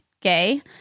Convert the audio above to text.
gay